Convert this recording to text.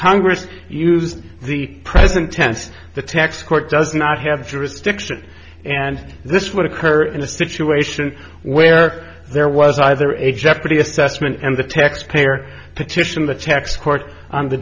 congress used the present tense the tax court does not have jurisdiction and this would occur in a situation where there was either a jeopardy assessment and the taxpayer petition the tax court on the